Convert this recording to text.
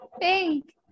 pink